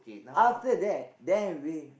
after that then we